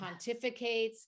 pontificates